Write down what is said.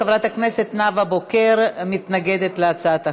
חברת הכנסת נאוה בוקר מתנגדת להצעת החוק.